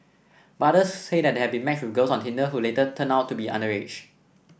but others say they have been matched with girls on Tinder who later turned out to be underage